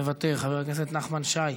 מוותר, חבר הכנסת נחמן שי,